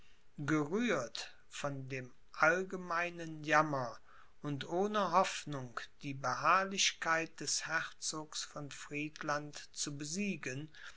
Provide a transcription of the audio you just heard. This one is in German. gerührt von dem allgemeinen jammer und ohne hoffnung die beharrlichkeit des herzogs von friedland zu besiegen